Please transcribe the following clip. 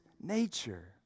nature